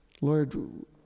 Lord